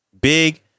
Big